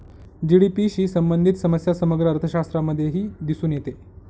GDP शी संबंधित समस्या समग्र अर्थशास्त्रामध्येही दिसून येते